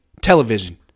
television